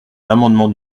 l’amendement